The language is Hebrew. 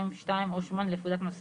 (2) או (8) לפקודת מס הכנסה.